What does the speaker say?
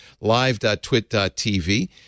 live.twit.tv